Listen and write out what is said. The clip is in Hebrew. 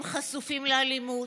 הם חשופים לאלימות,